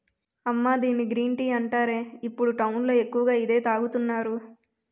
అమ్మా దీన్ని green tea అంటారే, ఇప్పుడు టౌన్ లో ఎక్కువగా ఇదే తాగుతున్నారు